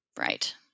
right